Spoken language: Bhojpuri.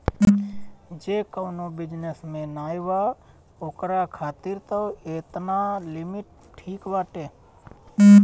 जे कवनो बिजनेस में नाइ बा ओकरा खातिर तअ एतना लिमिट ठीक बाटे